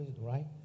right